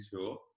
sure